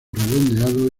redondeado